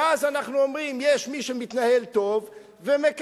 ואז אנחנו אומרים: יש מי שמתנהל טוב ומקבל